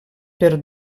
per